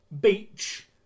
beach